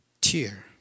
tear